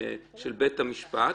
של בית המשפט,